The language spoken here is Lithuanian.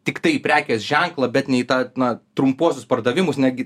tiktai į prekės ženklą bet ne į tą na trumpuosius pardavimus netgi